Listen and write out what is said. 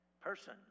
person